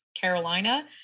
Carolina